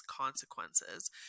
consequences